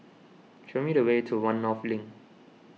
show me the way to one North Link